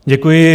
Děkuji.